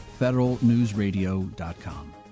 federalnewsradio.com